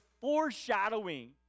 foreshadowing